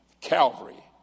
Calvary